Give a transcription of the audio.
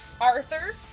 Arthur